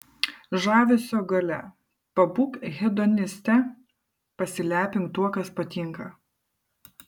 žavesio galia pabūk hedoniste pasilepink tuo kas patinka